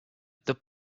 the